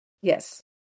Yes